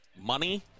money